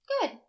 good